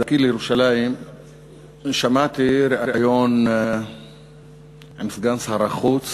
בדרכי לירושלים שמעתי ריאיון עם סגן שר החוץ